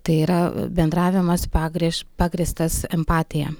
tai yra bendravimas pagrež pagrįstas empatija